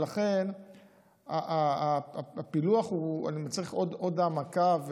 ולכן הפילוח מצריך עוד העמקה.